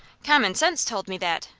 common sense told me that!